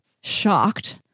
shocked